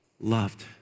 loved